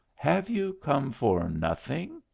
have you come for nothing,